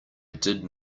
did